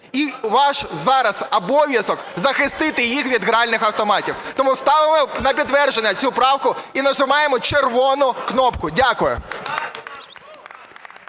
і ваш зараз обов'язок захистити їх від гральних автоматів. Тому ставимо на підтвердження цю правку і нажимаємо червону кнопку. Дякую.